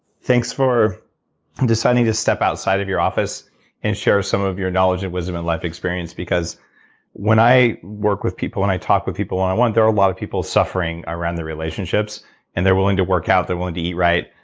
thanks for deciding to step outside of your office and share some of your knowledge and wisdom and life experience because when i work with people, when i talk with people one on one, there are a lot of people suffering around their relationships and they're willing to work out, they're willing to eat right,